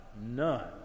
none